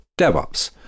DevOps